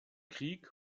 krieg